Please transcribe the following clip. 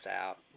out